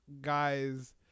guys